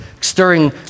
stirring